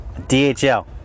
DHL